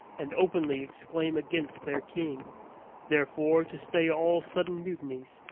and openly exclaim against their king therefore, to stay all sudden mutinies,